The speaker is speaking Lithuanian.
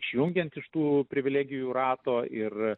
išjungiant iš tų privilegijų rato ir